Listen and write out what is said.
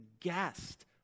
guest